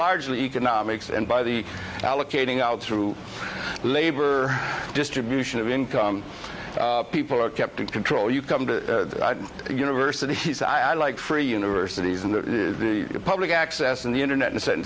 largely economics and by the allocating out through labor distribution of income people are kept in control you come to university he's i like free universities in the public access and the internet in a se